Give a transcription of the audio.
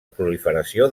proliferació